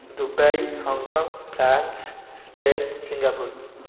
Dubai Hong Kong France Spain Singapore